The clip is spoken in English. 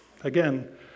again